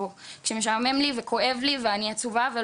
גם מכל המינים וגם ממגוון הגילאים ייפתחו קבוצות.